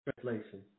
Translation